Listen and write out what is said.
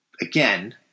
Again